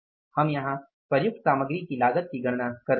हम यहां प्रयुक्त सामग्री की लागत की गणना कर रहे हैं